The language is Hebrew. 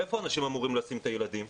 איפה אנשים אמורים לשים את הילדים?